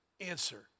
answer